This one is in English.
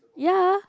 yeah